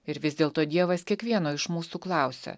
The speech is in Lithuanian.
ir vis dėlto dievas kiekvieno iš mūsų klausia